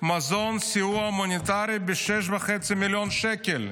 מזון וסיוע הומניטרי ב-6.5 מיליון שקל,